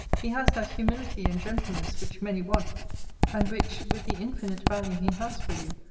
he has that humility and gentleness which many want and which, with the infinite value he has for you,